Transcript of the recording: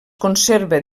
conserva